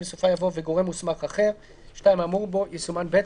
בסופה יבוא "וגורם מוסמך אחר"; (2)האמור בו יסומן "(ב)"